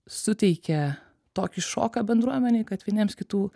suteikia tokį šoką bendruomenei kad vieniems kitų